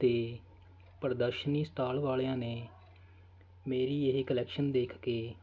ਅਤੇ ਪ੍ਰਦਰਸ਼ਨੀ ਸਟਾਲ ਵਾਲਿਆਂ ਨੇ ਮੇਰੀ ਇਹ ਕਲੈਕਸ਼ਨ ਦੇਖ ਕੇ